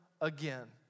again